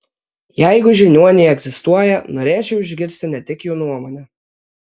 jeigu žiniuoniai egzistuoja norėčiau išgirsti ne tik jų nuomonę